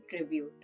Tribute